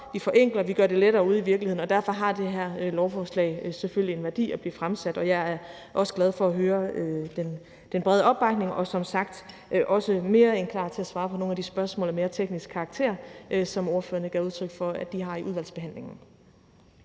vi forenkler, vi gør det lettere ude i virkeligheden, og derfor har det her lovforslag selvfølgelig en værdi, når det bliver fremsat, og jeg er også glad for at høre den brede opbakning og som sagt også mere end klar til at svare på nogle af de spørgsmål af mere teknisk karakter, som ordførerne gav udtryk for at de har, i udvalgsbehandlingen.